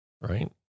right